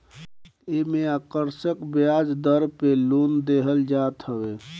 एमे आकर्षक बियाज दर पे लोन देहल जात हवे